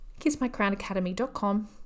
KissMyCrownAcademy.com